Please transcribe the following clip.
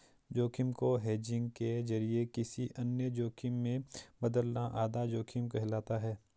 जोखिम को हेजिंग के जरिए किसी अन्य जोखिम में बदलना आधा जोखिम कहलाता है